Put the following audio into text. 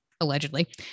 Allegedly